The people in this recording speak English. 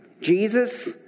Jesus